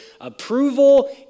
approval